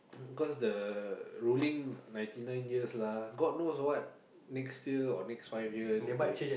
cause the ruling ninety nine years lah god knows what next year or next five years they